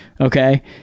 Okay